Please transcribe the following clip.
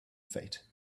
fate